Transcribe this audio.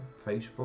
Facebook